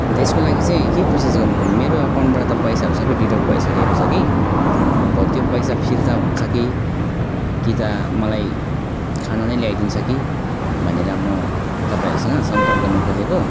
अनि त यसको लागि चाहिँ के प्रोसेस गर्नुपर्ने मेरो अकाउन्टबाट त पैसाहरू सबै डिडक्ट भइसकेको छ कि अब त्यो पैसा फिर्ता हुन्छ कि कि त मलाई खाना नै ल्याइदिन्छ कि भनेर म तपाईँहरूसँग सम्पर्क गर्नुखोजेको